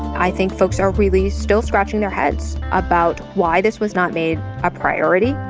i think folks are really still scratching their heads about why this was not made a priority.